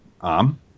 arm